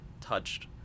touched